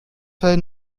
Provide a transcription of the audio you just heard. fell